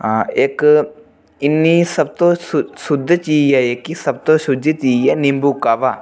इक इन्नी सबतु शु शुद्ध चीज़ ऐ जेह्की सबतु शुज चीज़ ऐ जेह्की नींबू काह्वा